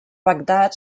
bagdad